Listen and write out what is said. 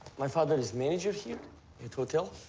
my father is manager here at hotel.